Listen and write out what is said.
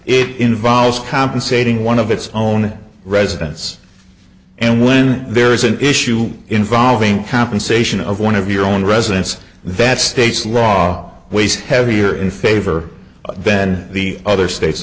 it involves compensating one of its own residents and when there is an issue involving compensation of one of your own residents that state's law weighs heavier in favor then the other state